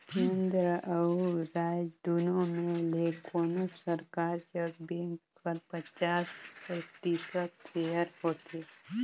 केन्द्र अउ राएज दुनो में ले कोनोच सरकार जग बेंक कर पचास परतिसत सेयर होथे